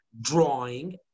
drawing